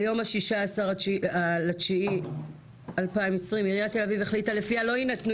ביום ה-16.9.2020 עיריית תל אביב החליטה לפיה שלא יינתנו